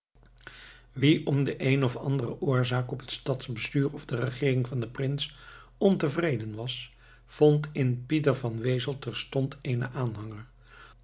wie om de eene of andere oorzaak op het stadsbestuur of de regeering van den prins ontevreden was vond in pieter van wezel terstond eenen aanhanger